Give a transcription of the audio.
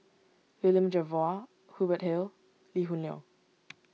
William Jervois Hubert Hill Lee Hoon Leong